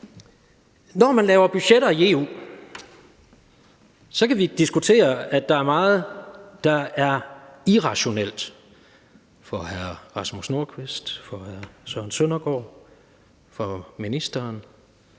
Når man laver budgetter i EU, kan vi diskutere, om meget af det er irrationelt, for hr. Rasmus Nordqvist, hr. Søren Søndergaard, ministeren,